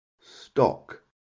stock